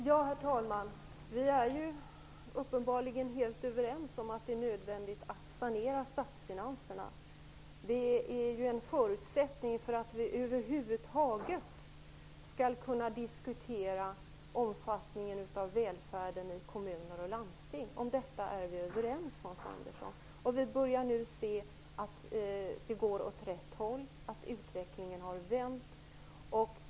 Herr talman! Vi är uppenbarligen helt överens om att det är nödvändigt att sanera statsfinanserna. Det är en förutsättning för att vi över huvud taget skall kunna diskutera omfattningen av välfärden i kommuner och landsting. Om detta är vi överens, Hans Andersson. Vi börjar nu se att det går åt rätt håll och att utvecklingen har vänt.